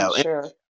sure